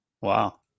wow